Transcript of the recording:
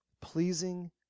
pleasing